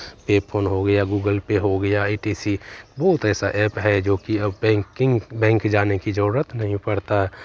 पे फ़ोन हो गया गूगल पे हो गया ई टी सी बहुत ऐसा एप है जोकि अब बैंकिन्ग बैंक जाने की ज़रूरत नहीं पड़ती